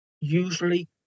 usually